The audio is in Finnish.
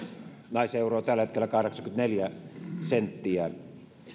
naiseuro on tällä hetkellä kahdeksankymmentäneljä senttiä